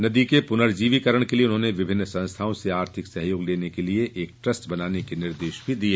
नदी के पुर्नजीविकरण के लिए उन्होंने विभिन्न संस्थाओं से आर्थिक सहयोग लेने के लिए एक ट्रस्ट बनाने के निर्देश भी दिए